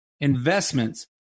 investments